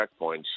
checkpoints